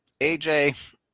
AJ